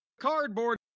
cardboard